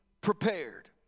prepared